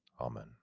Amen